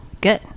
good